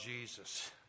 Jesus